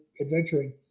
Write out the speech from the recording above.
adventuring